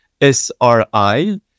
SRI